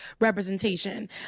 representation